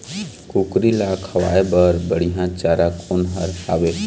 कुकरी ला खवाए बर बढीया चारा कोन हर हावे?